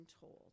told